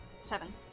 Seven